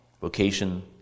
vocation